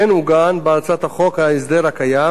כן עוגן בהצעת החוק ההסדר הקיים,